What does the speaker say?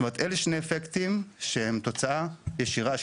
אלה שני אפקטים שהם תוצאה ישירה של